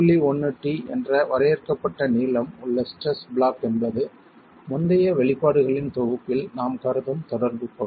1 t என்ற வரையறுக்கப்பட்ட நீளம் உள்ள ஸ்ட்ரெஸ் பிளாக் என்பது முந்தைய வெளிப்பாடுகளின் தொகுப்பில் நாம் கருதும் தொடர்புப் பகுதி